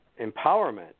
empowerment